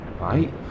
right